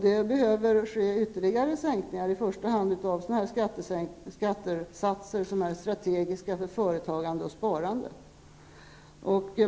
Det behöver ske ytterligare sänkningar, i första hand av skattesatser som är strategiska för företagande och sparande.